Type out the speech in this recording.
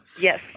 Yes